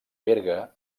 berga